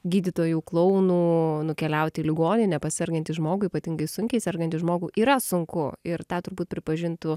gydytojų klounų nukeliauti į ligoninę pas sergantį žmogų ypatingai sunkiai sergantį žmogų yra sunku ir tą turbūt pripažintų